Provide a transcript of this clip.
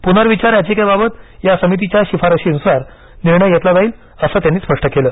प्नर्विचार याचिकेबाबत या समितीच्या शिफारसीनुसार निर्णय घेतला जाईल असं त्यांनी स्पष्ट केलं